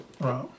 right